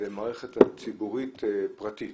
זו מערכת ציבורית פרטית